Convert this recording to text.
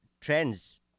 trends